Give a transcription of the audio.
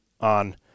on